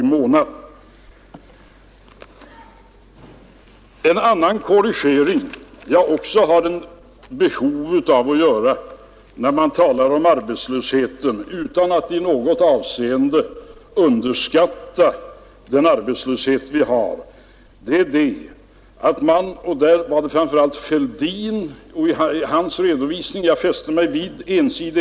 Det är också en annan korrigering som jag har behov att göra när man talar om arbetslösheten — utan att i något avseende underskatta den arbetslöshet vi har. Det var framför allt ensidigheten i herr Fälldins redovisning jag fäste mig vid.